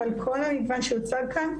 אבל כל המגוון שהוצג כאן,